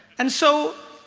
and so